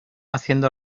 haciendo